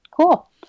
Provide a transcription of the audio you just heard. Cool